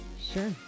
Sure